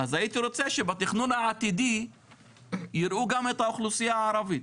אז הייתי רוצה שבתכנון העתידי יראו גם את האוכלוסייה הערבית.